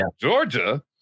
georgia